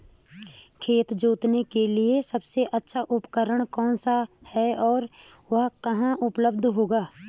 खेत जोतने के लिए सबसे अच्छा उपकरण कौन सा है और वह कहाँ उपलब्ध होगा?